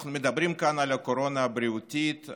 אנחנו מדברים כאן על הקורונה הבריאותית,